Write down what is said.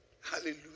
Hallelujah